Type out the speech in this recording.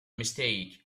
mistake